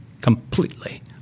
completely